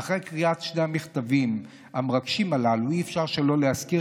אחרי קריאת שני המכתבים המרגשים הללו אי-אפשר שלא להזכיר